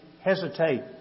hesitate